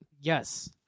Yes